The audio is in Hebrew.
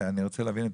אני רוצה להבין,